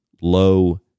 low